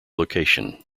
location